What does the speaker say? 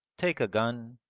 take a gun,